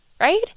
right